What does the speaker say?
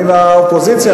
אני מהאופוזיציה,